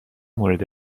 مورد